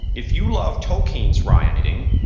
if you love tolkien's writing,